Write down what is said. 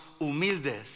humildes